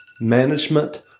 management